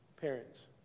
parents